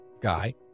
guy